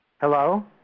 Hello